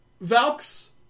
valks